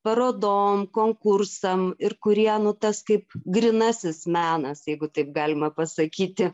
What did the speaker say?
parodom konkursam ir kurie nu tas kaip grynasis menas jeigu taip galima pasakyti